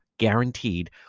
guaranteed